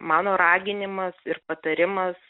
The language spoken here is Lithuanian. mano raginimas ir patarimas